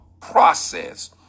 process